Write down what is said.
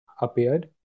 appeared